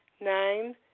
nine